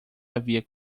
havia